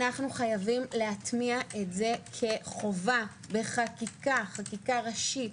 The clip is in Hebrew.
אנו חייבים להטמיע את זה כחובה בחקיקה ראשית,